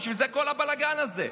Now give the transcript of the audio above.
בשביל זה כל הבלגן הזה.